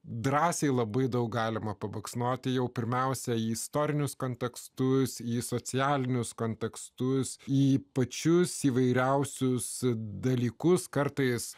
drąsiai labai daug galima pabaksnoti jau pirmiausia į istorinius kontekstus į socialinius kontekstus į pačius įvairiausius dalykus kartais